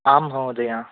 आम् महोदया